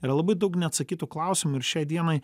yra labai daug neatsakytų klausimų ir šiai dienai